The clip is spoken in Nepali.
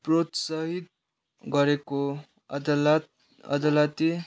प्रोत्साहित गरेको अदालत अदालती